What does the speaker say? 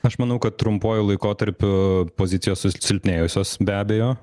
aš manau kad trumpuoju laikotarpiu pozicijos susilpnėjusios be abejo